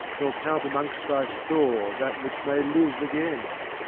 nor count amongst thy store that which may live again.